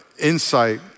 insight